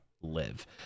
live